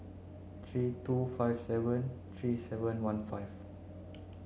three two five seven three seven one five